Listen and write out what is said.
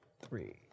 three